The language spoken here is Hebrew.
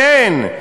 כן,